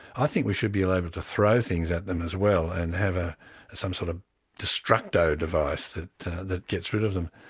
i think we should be allowed to throw things at them as well, and have ah some sort of a destruco device that that gets rid of them.